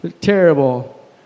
terrible